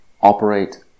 operate